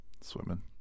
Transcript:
Swimming